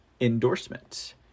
endorsement